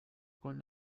con